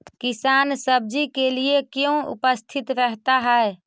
किसान सब्जी के लिए क्यों उपस्थित रहता है?